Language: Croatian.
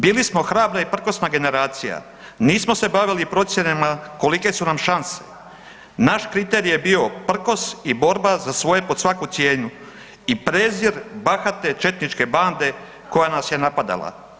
Bili smo hrabra i prkosna generacija, nismo se bavili procjenama kolike su nam šanse, naš kriterij je bio prkos i borba za svoje pod svaku cijenu i prezir bahate četničke bande koja nas je napadala.